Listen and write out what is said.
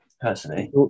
personally